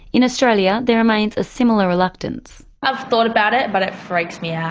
in australia there remains a similar reluctance. i've thought about it but it freaks me out.